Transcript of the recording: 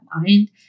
mind